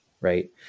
Right